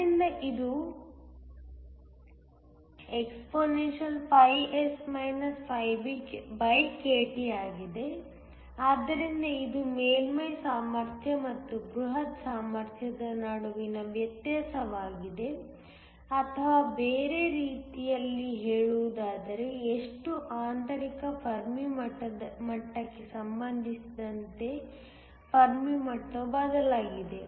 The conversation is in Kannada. ಆದ್ದರಿಂದ ಇದು expS BkT ಆಗಿದೆ ಆದ್ದರಿಂದ ಇದು ಮೇಲ್ಮೈ ಸಾಮರ್ಥ್ಯ ಮತ್ತು ಬೃಹತ್ ಸಾಮರ್ಥ್ಯದ ನಡುವಿನ ವ್ಯತ್ಯಾಸವಾಗಿದೆ ಅಥವಾ ಬೇರೆ ರೀತಿಯಲ್ಲಿ ಹೇಳುವುದಾದರೆ ಎಷ್ಟು ಆಂತರಿಕ ಫೆರ್ಮಿ ಮಟ್ಟಕ್ಕೆ ಸಂಬಂಧಿಸಿದಂತೆ ಫೆರ್ಮಿ ಮಟ್ಟವು ಬದಲಾಗಿದೆ